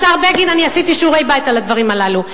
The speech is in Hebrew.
השר בגין, אני עשיתי שיעורי-בית על הדברים הללו.